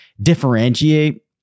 differentiate